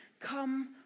come